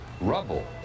rubble